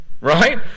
right